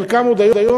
חלקם עוד היום,